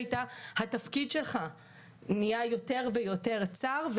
התפקיד שלך נהיה יותר ויותר צר,